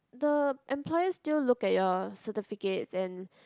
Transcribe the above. the employers still look at your certificates and